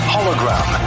Hologram